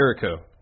Jericho